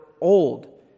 old